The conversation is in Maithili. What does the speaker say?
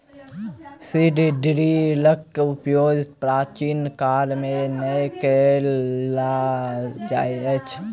सीड ड्रीलक उपयोग प्राचीन काल मे नै कय ल जाइत छल